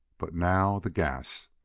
but now, the gas!